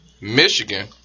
Michigan